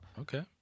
Okay